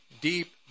deep